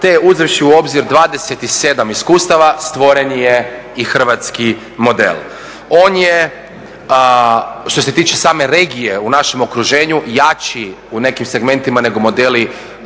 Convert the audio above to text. te uzevši u obzir 27 iskustava, stvoren je i hrvatski model. On je, što se tiče same regije u našem okruženju, jači u nekim segmentima nego modeli